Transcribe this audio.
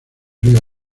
rio